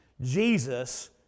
Jesus